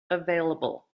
available